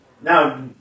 Now